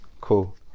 cool